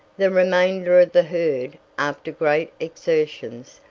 the remainder of the herd, after great exertions,